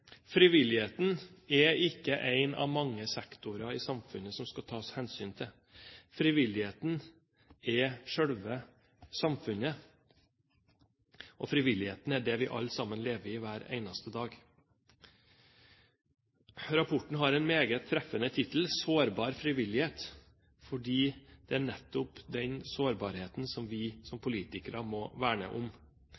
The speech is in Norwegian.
Frivilligheten er ikke en av mange sektorer i samfunnet som skal tas hensyn til. Frivilligheten er selve samfunnet. Frivilligheten er det vi alle sammen lever i hver eneste dag. Rapporten har en meget treffende tittel: Sårbar frivillighet. Det er nettopp den sårbarheten vi som